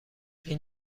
این